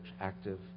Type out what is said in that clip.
active